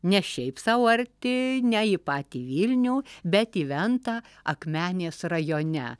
ne šiaip sau arti ne į patį vilnių bet į ventą akmenės rajone